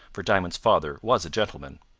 for diamond's father was a gentleman.